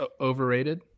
overrated